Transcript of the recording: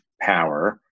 power